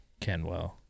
Kenwell